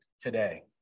today